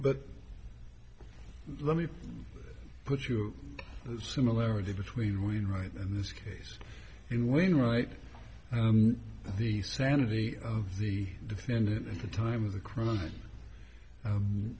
but let me put your similarity between right and when right the sanity of the defendant at the time of the crime